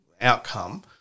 outcome